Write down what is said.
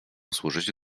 służyć